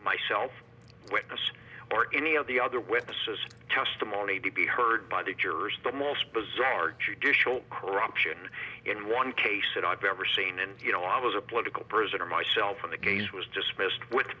myself witness or any of the other witnesses testimony to be heard by the jurors the most bizarre judicial corruption in one case that i've ever seen and you know i was a political prisoner myself in the case was dismissed with